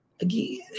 again